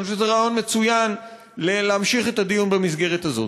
אני חושב שזה רעיון מצוין להמשיך את הדיון במסגרת הזאת.